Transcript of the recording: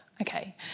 okay